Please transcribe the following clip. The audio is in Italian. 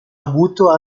avuto